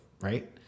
right